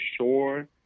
sure